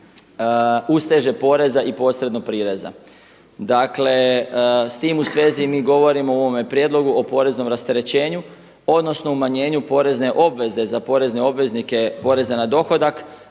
usteže poreza i posredno prireza. Dakle s tim u svezi mi govorimo u ovome prijedlogu o poreznom rasterećenju odnosno umanjenju porezne obveze za porezne obveznike poreza na dohodak